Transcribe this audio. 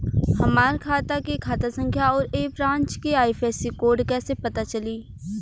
हमार खाता के खाता संख्या आउर ए ब्रांच के आई.एफ.एस.सी कोड कैसे पता चली?